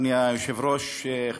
אדוני היושב-ראש, תודה.